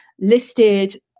listed